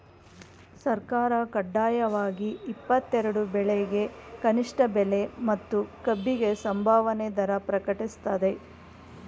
ಸರ್ಕಾರ ಕಡ್ಡಾಯವಾಗಿ ಇಪ್ಪತ್ತೆರೆಡು ಬೆಳೆಗೆ ಕನಿಷ್ಠ ಬೆಲೆ ಮತ್ತು ಕಬ್ಬಿಗೆ ಸಂಭಾವನೆ ದರ ಪ್ರಕಟಿಸ್ತದೆ